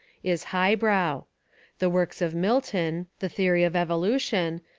is highbrow. the works of mil ton, the theory of evolution,